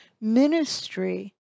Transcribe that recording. ministry